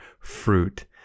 fruit